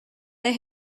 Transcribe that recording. they